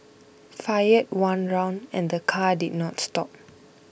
fired one round and the car did not stop